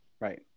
right